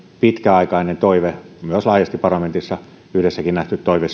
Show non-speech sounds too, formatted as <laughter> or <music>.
pitkäaikainen toive siitä myös parlamentissa laajasti yhdessäkin nähty toive <unintelligible>